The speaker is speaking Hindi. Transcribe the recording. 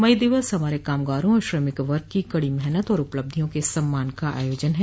मई दिवस हमारे कामगारों और श्रमिक वर्ग की कड़ी मेहनत और उपलब्धियों के सम्मान का आयोजन है